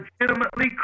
legitimately